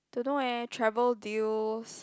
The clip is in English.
don't know eh travel deals